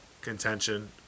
contention